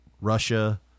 Russia